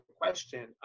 question